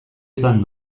izan